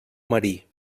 marí